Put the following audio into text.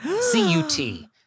C-U-T